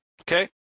Okay